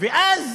ואז